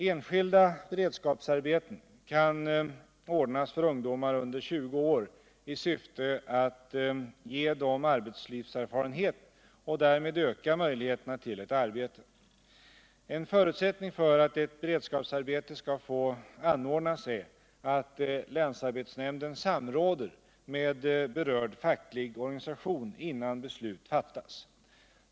Enskilda beredskapsarbeten kan ordnas för ungdomar under 20 år i syfte att ge dem arbetslivserfarenhet och därmed öka möjligheterna till ett arbete. En förutsättning för att ett beredskapsarbete skall få anordnas är att länsarbetsnämnden samråder med berörd facklig organisation innan beslut fattas.